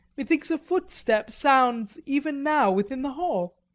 methinks a footstep sounds even now within the hall